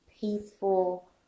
peaceful